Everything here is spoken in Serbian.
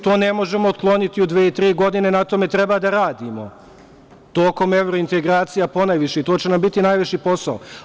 To ne možemo otkloniti u dve, tri godine, na tome treba da radimo, tokom evrointegracija ponajviše, i to će nam biti najveći posao.